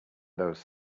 those